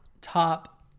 top